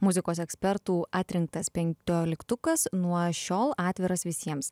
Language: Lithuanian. muzikos ekspertų atrinktas penkioliktukas nuo šiol atviras visiems